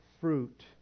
fruit